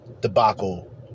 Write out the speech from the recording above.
debacle